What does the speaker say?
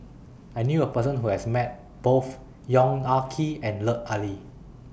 I knew A Person Who has Met Both Yong Ah Kee and Lut Ali